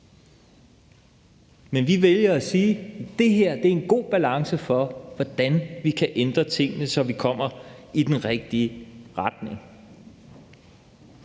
men vi vælger at sige, at det her er en god balance for, hvordan vi kan ændre tingene, så vi kommer i den rigtige retning.